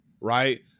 right